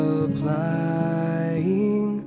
applying